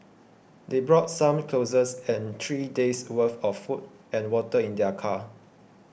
they brought some clothes and three days' worth of food and water in their car